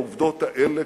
את העובדות האלה,